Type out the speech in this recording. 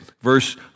verse